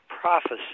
prophecy